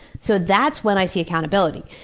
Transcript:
so that's when i see accountability.